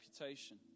reputation